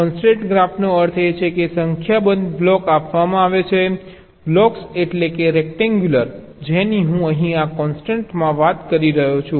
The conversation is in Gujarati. કોન્સ્ટ્રેન્ટ ગ્રાફનો અર્થ એ છે કે સંખ્યાબંધ બ્લોક આપવામાં આવે છે બ્લોક્સ એટલે રેક્ટેન્ગ્યુલર જેની હું અહીં આ કોન્ટેક્સટમાં વાત કરી રહ્યો છું